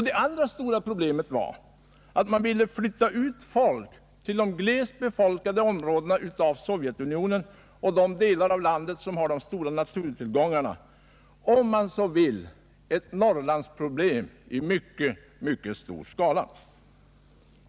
Det andra stora problemet var att flytta ut folk till de glest befolkade områdena med stora naturtillgångar — om man så vill ett Norrlands problem i mycket stor skala.